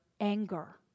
anger